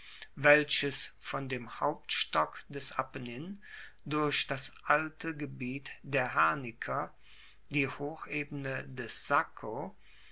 welches von dem hauptstock des apennin durch das alte gebiet der herniker die hochebene des sacco